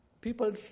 People